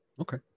Okay